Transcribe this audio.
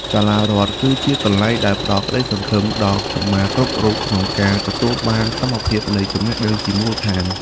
សាលារដ្ឋគឺជាកន្លែងដែលផ្តល់ក្តីសង្ឃឹមដល់កុមារគ្រប់រូបក្នុងការទទួលបានសមភាពនៃចំណេះដឹងជាមូលដ្ឋាន។